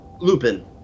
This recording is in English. Lupin